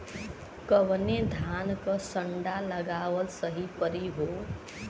कवने धान क संन्डा लगावल सही परी हो?